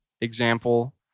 example